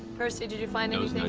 percy, did you find you know